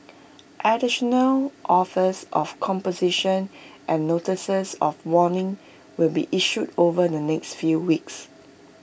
additional offers of composition and notices of warning will be issued over the next few weeks